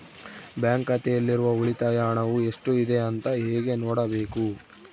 Bank ಖಾತೆಯಲ್ಲಿರುವ ಉಳಿತಾಯ ಹಣವು ಎಷ್ಟುಇದೆ ಅಂತ ಹೇಗೆ ನೋಡಬೇಕು?